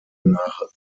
nach